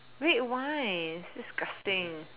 wait why it's disgusting